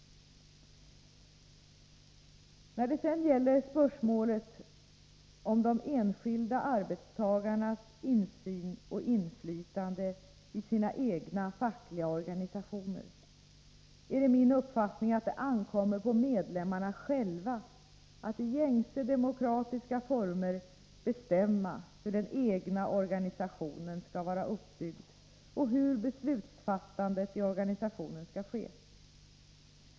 När det sedan gäller spörsmålet om de enskilda arbetstagarnas insyn och inflytande i sina egna fackliga organisationer är det min uppfattning att det ankommer på medlemmarna själva att i gängse demokratiska former bestämma hur den egna organisationen skall vara uppbyggd och hur beslutsfattandet i organisationen skall ske.